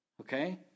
Okay